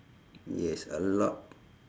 yes a lot